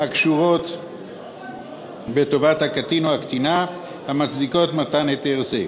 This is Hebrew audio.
הקשורות בטובת הקטין או הקטינה המצדיקות מתן היתר זה,